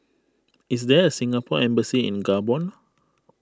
is there a Singapore Embassy in Gabon